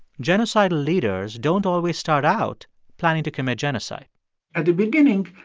genocidal leaders don't always start out planning to commit genocide at the beginning,